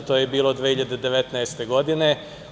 To je bilo 2019. godine.